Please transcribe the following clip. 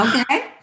Okay